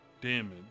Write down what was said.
damage